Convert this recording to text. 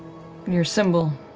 your symbol,